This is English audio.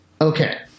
Okay